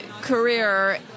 career